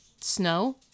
snow